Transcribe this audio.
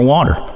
Water